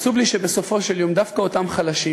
עצוב לי שבסופו של יום דווקא אותם חלשים,